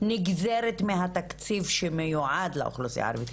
נגזרת מהתקציב שמיועד לאוכלוסיה הערבית,